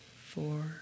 four